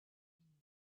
you